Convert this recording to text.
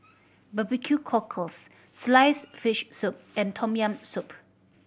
barbecue cockles sliced fish soup and Tom Yam Soup